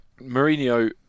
Mourinho